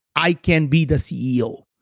i can be the ceo,